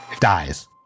Dies